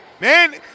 man